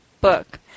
book